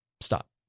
Stop